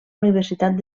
universitat